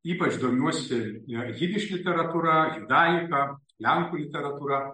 ypač domiuosi idiš literatūra judajika lenkų literatūra